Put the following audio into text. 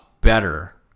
better